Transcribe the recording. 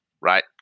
Right